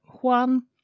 Juan